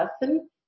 lesson